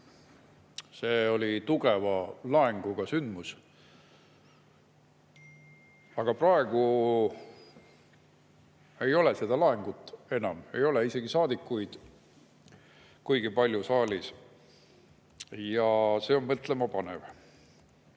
See oli tugeva laenguga sündmus. Aga praegu seda laengut enam ei ole, isegi saadikuid ei ole kuigi palju saalis. Ja see on mõtlemapanev.